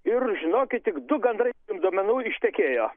ir žinokit tik du gandrai turim duomenų ištekėjo